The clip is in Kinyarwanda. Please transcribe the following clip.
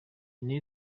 new